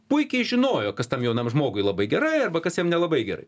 puikiai žinojo kas tam jaunam žmogui labai gerai arba kas jam nelabai gerai